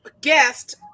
guest